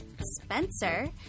Spencer